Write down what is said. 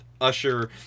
Usher